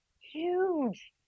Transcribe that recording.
huge